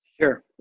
Sure